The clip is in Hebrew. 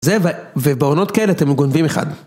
זה, ובעונות כ, אתם גונבים אחד